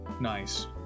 Nice